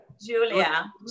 Julia